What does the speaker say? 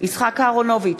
יצחק אהרונוביץ,